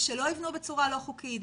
שלא יבנו בצורה לא חוקית,